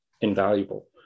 invaluable